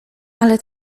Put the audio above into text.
ale